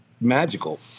magical